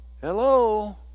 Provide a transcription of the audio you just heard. Hello